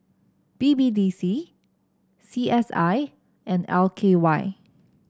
B B D C C S I and L K Y